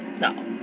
No